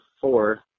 four